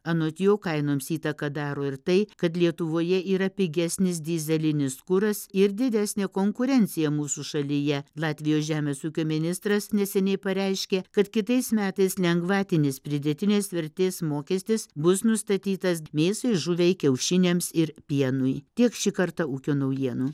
anot jo kainoms įtaką daro ir tai kad lietuvoje yra pigesnis dyzelinis kuras ir didesnė konkurencija mūsų šalyje latvijos žemės ūkio ministras neseniai pareiškė kad kitais metais lengvatinis pridėtinės vertės mokestis bus nustatytas mėsai žuviai kiaušiniams ir pienui tiek šį kartą ūkio naujienų